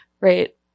right